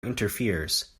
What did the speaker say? interferes